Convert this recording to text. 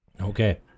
okay